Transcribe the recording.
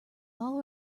all